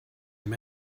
him